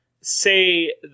say